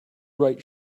write